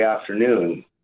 afternoon